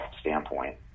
standpoint